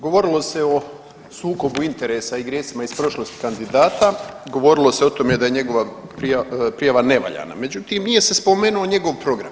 Govorilo se o sukobu interesa i grijesima iz prošlosti kandidata, govorilo se o tome da je njegova prijava nevaljana međutim nije se spomenuo njegov program.